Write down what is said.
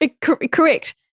Correct